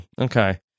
Okay